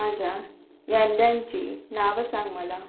माझ्या याद्यांची नावं सांग मला